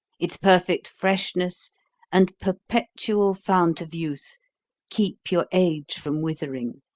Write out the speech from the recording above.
its perfect freshness and perpetual fount of youth keep your age from withering.